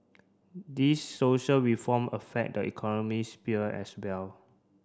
these social reform affect the economy sphere as well